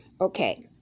Okay